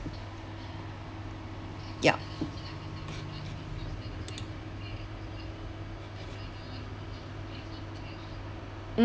ya mm